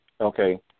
Okay